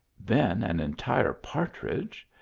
then an entire par tridge,